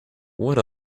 what